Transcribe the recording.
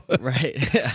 right